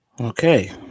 okay